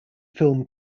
film